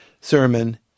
sermon